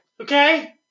Okay